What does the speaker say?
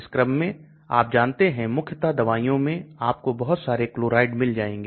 इसलिए स्पष्ट रूप से घुलनशीलता और पारगम्यता यहां एक दूसरे का विरोध कर रहे हैं